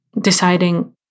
deciding